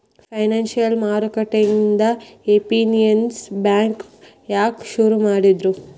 Financial marketing efficiency branch ಯಾಕ್ ಶುರು ಮಾಡಿದ್ರು?